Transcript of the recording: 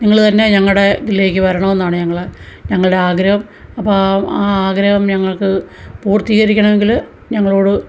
നിങ്ങൾ തന്നെ ഞങ്ങളുടെ ഇതിലേയ്ക്ക് വരണമെന്നാണ് ഞങ്ങൾ ഞങ്ങളുടെ ആഗ്രഹം അപ്പോൾ ആ ആ ആഗ്രഹം ഞങ്ങൾക്ക് പൂർത്തീകരിക്കണമെങ്കിൽ ഞങ്ങളോട്